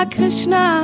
Krishna